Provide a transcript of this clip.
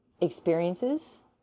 experiences